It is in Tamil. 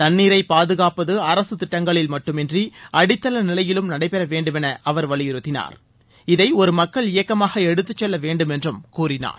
தண்ணீரை பாதுகாப்பது அரசு திட்டங்களில் மட்டுமின்றி அடித்தள நிலையிலும் நடைபெற வேண்டுமென அவர் வலியுறுத்திய அவர் இதை ஒரு மக்கள் இயக்கமாக எடுத்துச் செல்ல வேண்டும் என்றும் கூறினார்